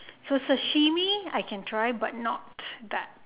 so sashimi I can try but not that